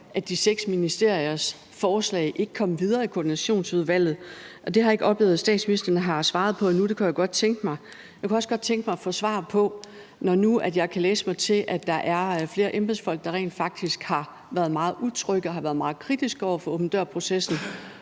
de seks ministeriers forslag ikke kom videre i Koordinationsudvalget, og det har jeg ikke oplevet at statsministeren har svaret på endnu. Det kunne jeg godt tænke mig. Jeg kunne også godt tænke mig at få svar på, når jeg nu kan læse mig til, at der er flere embedsfolk, der rent faktisk været har meget utrygge og har været meget kritiske over for åben dør-processen,